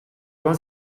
wants